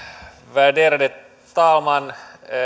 värderade talman